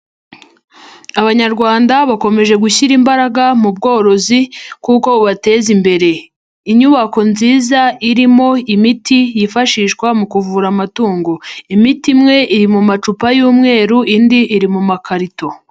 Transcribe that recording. Abanyarwanda bakomeje gushyira imbaraga mu bworozi kuko bubateza imbere. Inyubako nziza irimo imiti yifashishwa mu kuvura amatungo. Imiti imwe iri mu macupa y'umweru, indi iri mu makarito.